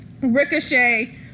Ricochet